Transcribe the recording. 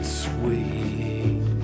sweet